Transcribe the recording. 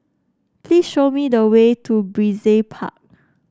please show me the way to Brizay Park